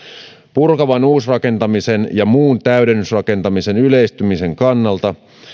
purkavan uusrakentamisen ja muun täydennysrakentamisen yleistymisen kannalta